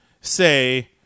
say